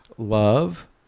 love